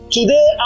Today